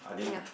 ya